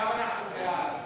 עכשיו אנחנו בעד.